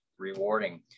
rewarding